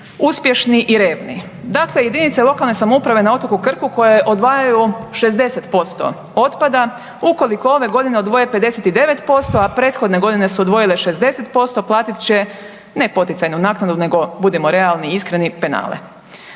uspješni i revni. Dakle, JLS-ovi na otoku Krku koje odvajaju 60% otpada ukoliko ove godine odvoje 59%, a prethodne godine su odvojile 60%, platit će ne poticajnu naknadu nego budimo realni i iskreni, penale.